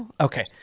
Okay